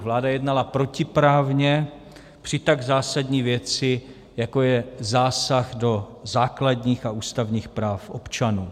Vláda jednala protiprávně při tak zásadní věci, jako je zásah do základních a ústavních práv občanů.